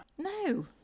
No